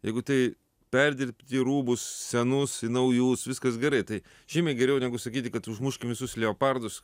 jeigu tai perdirbti rūbus senus į naujus viskas gerai tai žymiai geriau negu sakyti kad užmuškim visus leopardus